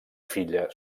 filla